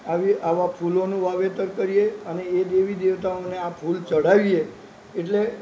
આવી આવા ફૂલોનું વાવેતર કરીએ અને એ દેવી દેવતાઓને આ ફૂલ ચડાવીએ એટલે